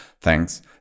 thanks